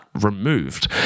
removed